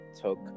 took